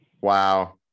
wow